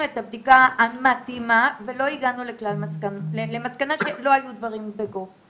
את הבדיקה המתאימה והגענו למסקנה שלא היו דברים בגו.